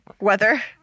Weather